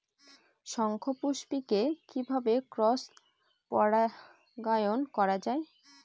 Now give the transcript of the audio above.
শঙ্খপুষ্পী কে কিভাবে ক্রস পরাগায়ন করা যায়?